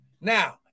Now